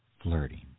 Flirting